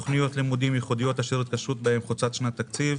תכניות לימודיות ייחודיות אשר ההתקשרויות בהן חוצות שנת תקציב,